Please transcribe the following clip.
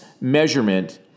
measurement